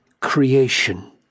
creation